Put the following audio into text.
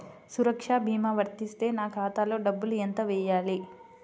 సురక్ష భీమా వర్తిస్తే నా ఖాతాలో డబ్బులు ఎంత వేయాలి?